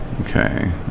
Okay